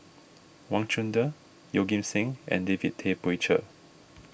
Wang Chunde Yeoh Ghim Seng and David Tay Poey Cher